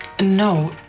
No